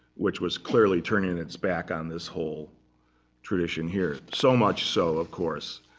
which was clearly turning its back on this whole tradition here, so much so, of course,